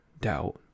doubt